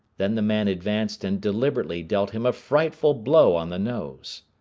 then the man advanced and deliberately dealt him a frightful blow on the nose.